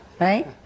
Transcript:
right